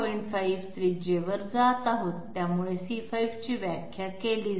5 त्रिज्येवर जात आहोत त्यामुळे c5 ची व्याख्या केली जाईल